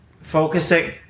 focusing